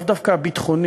לאו דווקא הביטחוני